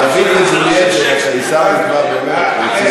דוד וג'ולייט זה יפה, עיסאווי, כבר באמת יצירתי.